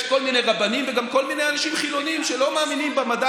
יש כל מיני רבנים וגם כל מיני אנשים חילונים שלא מאמינים במדע